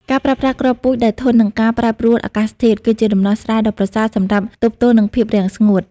ការប្រើប្រាស់គ្រាប់ពូជដែលធន់នឹងការប្រែប្រួលអាកាសធាតុ គឺជាដំណោះស្រាយដ៏ប្រសើរសម្រាប់ទប់ទល់នឹងភាពរាំងស្ងួត។